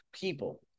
People